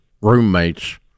roommate's